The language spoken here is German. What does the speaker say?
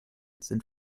sind